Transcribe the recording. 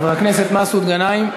חבר הכנסת מסעוד גנאים,